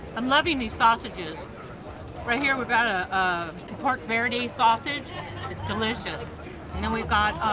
i'm loving these sausages right here we've got a pork verde sausage it's delicious and then we've got